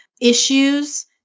issues